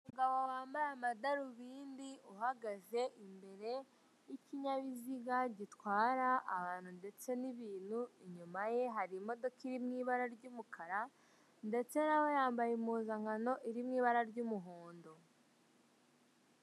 Umugabo wambaye amadarubindi, uhagatze imbere y'ikinyabiziga gitwara abantu ndetse n'ibintu. Inyuma ye hari imodoka iri mu ibara ry'umukara, ndetse na we yambaye impuzankano iri mu ibara ry'umuhondo.